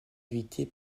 invité